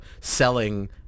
selling